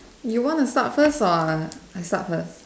you wanna start first or I start first